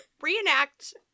reenact